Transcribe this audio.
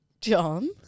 John